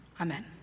Amen